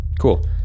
Cool